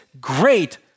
great